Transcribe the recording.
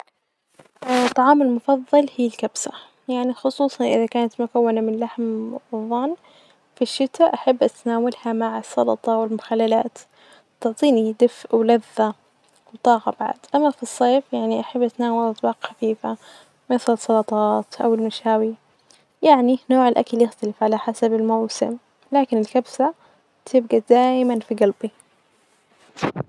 طعامي المفضل هي الكبسة ،يعني خصوصا إذا كانت مكونة من لحم ظان في الشتا أحب أتناولها مع السلطة والمخللات، تعطيني دفئ ولذة وطاقة بعد. أما في الصيف أحب أتناول أطباق خفيفة مثل سلطات أو المشاوي يعني نوع الأكل يختلف حسب الموسم، لكن الكبسة تبجي دايما في جلبي.